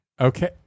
Okay